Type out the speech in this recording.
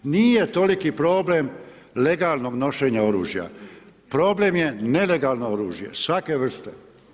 Nije toliki problem legalnog nošenja oružja, problem je nelegalno oružje svake vrste.